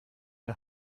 der